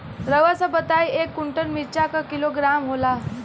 रउआ सभ बताई एक कुन्टल मिर्चा क किलोग्राम होला?